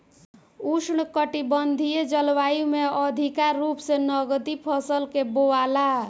उष्णकटिबंधीय जलवायु में अधिका रूप से नकदी फसल के बोआला